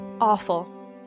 awful